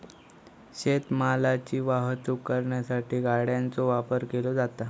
शेत मालाची वाहतूक करण्यासाठी गाड्यांचो वापर केलो जाता